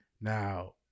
Now